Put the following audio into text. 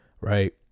right